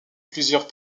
plusieurs